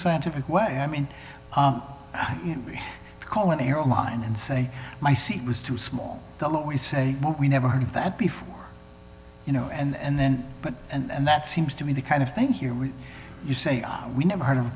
scientific way i mean we call an airline and say my seat was too small we say well we never heard of that before you know and then but and that seems to be the kind of thing here would you say we never heard of a